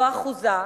לא אחוזה,